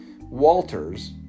Walters